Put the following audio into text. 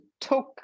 took